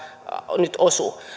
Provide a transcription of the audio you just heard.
nyt osu